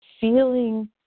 feeling